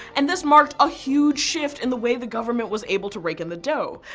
and this marked a huge shift in the way the government was able to rake in the dough.